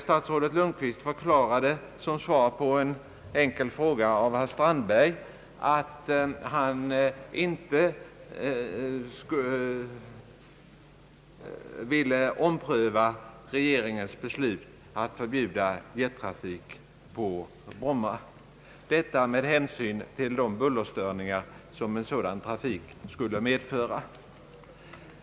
Statsrådet Lundkvist förklarade som svar på en enkel fråga av herr Strandberg att han inte ville ompröva regeringens beslut att förbjuda jettrafik på Bromma, detta med hänsyn till de bullerstörningar som en sådan trafik skulle medföra.